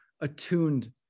attuned